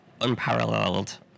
unparalleled